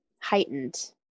heightened